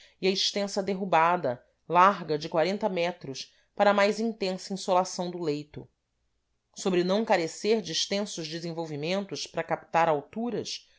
e a extensa derrubada larga de metros para a mais intensa insolação do leito sobre não carecer de extensos desenvolvimentos para captar alturas